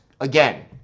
again